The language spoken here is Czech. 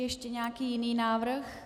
Ještě nějaký jiný návrh?